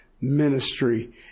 ministry